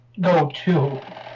go-to